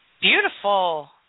Beautiful